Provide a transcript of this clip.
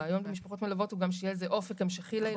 הרעיון במשפחות מלוות הוא גם שיהיה איזה אופק המשכי לילדים האלה.